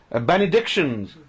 benedictions